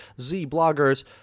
Z-bloggers